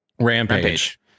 Rampage